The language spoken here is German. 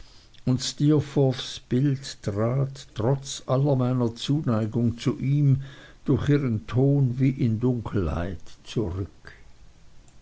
und steerforths bild trat trotz aller meiner zuneigung zu ihm durch ihren ton wie in dunkelheit zurück